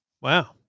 Wow